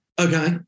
okay